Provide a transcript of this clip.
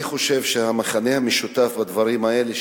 אני חושב שהמכנה המשותף לדברים האלה,